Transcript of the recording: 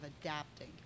adapting